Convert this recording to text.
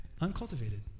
Uncultivated